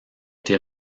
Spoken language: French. été